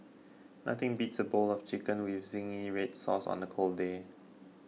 nothing beats a bowl of chicken with Zingy Red Sauce on a cold day